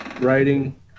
writing